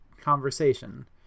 conversation